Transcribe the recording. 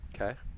Okay